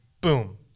boom